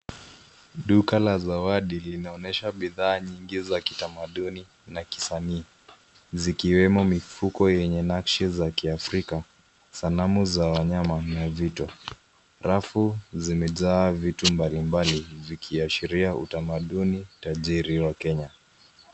Duka la zawadi linaonyesha bidhaa nyingi za kitamaduni na kisanii zikiwemo mifuko yenye nakshi za kiafrika. Sanamu za wanyama. Rafu zimejaa vitu mbalimbali zikiashiria utamaduni tajiri wa Kenya.